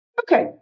Okay